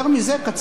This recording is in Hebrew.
והשומע ייהנה.